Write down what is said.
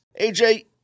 AJ